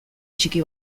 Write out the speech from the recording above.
txiki